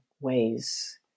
ways